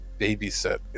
babysit